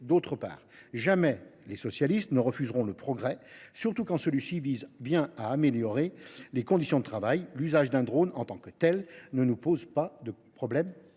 d’autre part. Jamais les socialistes ne refuseront le progrès, et surtout pas quand celui ci vise à améliorer les conditions de travail. L’usage d’un drone en tant que tel ne nous pose donc pas de problème